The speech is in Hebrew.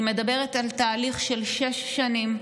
היא מדברת על תהליך של שש שנים,